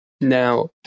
Now